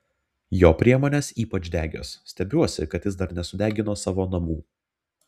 jo priemonės ypač degios stebiuosi kad jis dar nesudegino savo namų